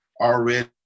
already